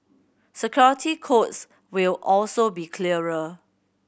security codes will also be clearer